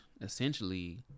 essentially